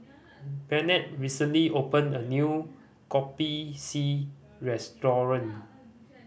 Bennett recently opened a new Kopi C restaurant